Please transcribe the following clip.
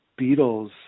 Beatles